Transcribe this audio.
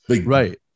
Right